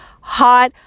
hot